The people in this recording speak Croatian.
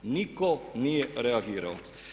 Nitko nije reagirao.